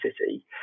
City